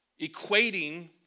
Equating